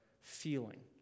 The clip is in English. feeling